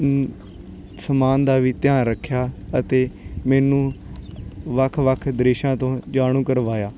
ਸਮਾਨ ਦਾ ਵੀ ਧਿਆਨ ਰੱਖਿਆ ਅਤੇ ਮੈਨੂੰ ਵੱਖ ਵੱਖ ਦ੍ਰਿਸ਼ਾਂ ਤੋਂ ਜਾਣੂ ਕਰਵਾਇਆ